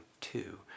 two